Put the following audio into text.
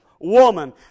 woman